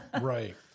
Right